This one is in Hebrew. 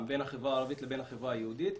בין החברה הערבית לבין החברה היהודית.